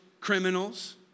criminals